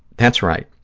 that's right,